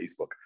Facebook